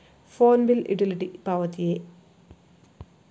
Phone bill utility ಪಾವತಿಯೇ?